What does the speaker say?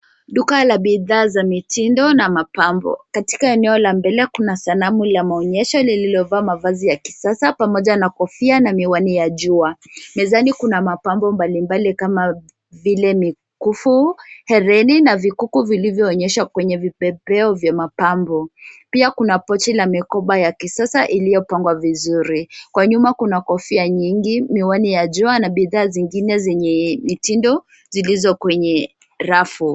Duka la bidhaa za mitindo na mapambo. Katika eneo la mbele kuna sanamu la maonyesho lililovaa mavazi ya kisasa pamoja na kofia na miwani ya jua. Mezani kuna mapambo mbalimbali kama vile mikufu, herini, na vikuku vilivyoonyeshwa kwenye vipepeo vya mapambo. Pia kuna pochi na mikoba ya kisasa iliyopangwa vizuri. Kwa nyuma kuna kofia nyingi, miwani ya jua, na bidhaa zingine zenye mitindo, zilizo kwenye rafu.